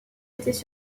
étaient